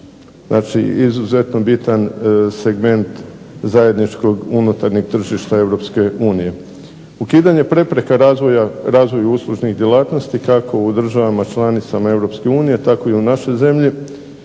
Znači izuzetno bitan segment zajedničkog unutarnjeg tržišta Europske unije. Ukidanje prepreka razvoju uslužnih djelatnosti, kako u državama članicama Europske unije, tako i u našoj zemlji